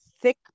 thick